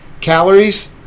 calories